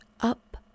up